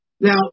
Now